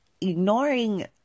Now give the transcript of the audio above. Ignoring